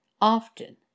often